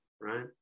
right